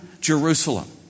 Jerusalem